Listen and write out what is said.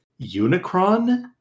Unicron